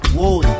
Whoa